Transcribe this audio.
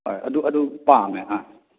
ꯑꯗꯨ ꯑꯗꯨ ꯄꯥꯝꯃꯦ ꯑꯥ